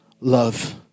love